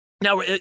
Now